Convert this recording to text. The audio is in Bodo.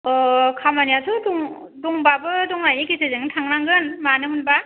अह खामानियाथ' दं दंबाबो दंनायनि गेजेरजोंनो थांनांगोन मानो मोनबा